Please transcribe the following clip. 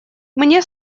мне